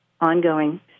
ongoing